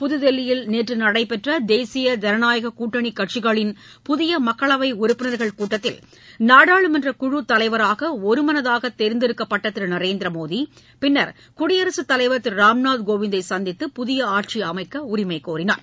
புதுதில்லியில் நேற்று நடைபெற்ற தேசிய ஜனநாயக கூட்டணி கட்சிகளின் புதிய மக்களவை உறுப்பினர்கள் கூட்டத்தில் நாடாளுமன்றக் குழு தலைவராக ஒருமனதாக தேர்ந்தெடுக்கப்பட்ட திரு நரேந்திர மோடி பின்னர் குடியரசு தலைவர் திரு ராம்நாத் கோவிந்தை சந்தித்து புதிய ஆட்சி அமைக்க உரிமை கோரினார்